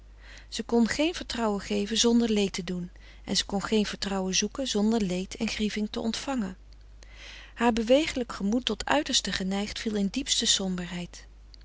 ze kon geen vertrouwen geven zonder leed te doen en ze kon geen vertrouwen zoeken zonder leed en grieving te ontvangen haar bewegelijk gemoed tot uitersten geneigd viel in diepste somberheid